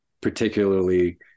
particularly